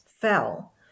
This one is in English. fell